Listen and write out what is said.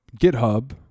GitHub